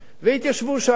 שהתיישבו שם,